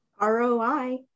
ROI